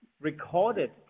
recorded